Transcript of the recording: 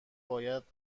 باید